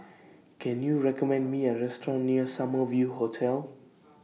Can YOU recommend Me A Restaurant near Summer View Hotel